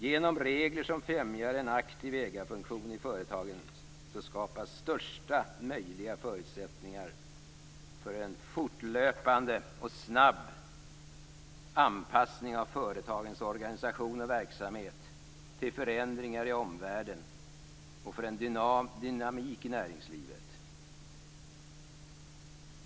Genom regler som främjar en aktiv ägarfunktion i företagen skapas största möjliga förutsättningar för en fortlöpande och snabb anpassning av företagens organisation och verksamhet till förändringar i omvärlden och för en dynamik i näringslivet.